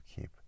keep